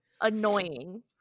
annoying